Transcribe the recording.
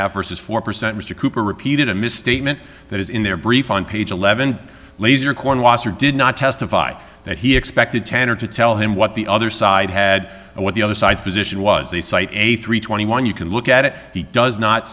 half or so is four percent mr cooper repeated a misstatement that is in their brief on page eleven lazar corn was or did not testify that he expected tender to tell him what the other side had and what the other side's position was they cite a three hundred and twenty one you can look at it he does not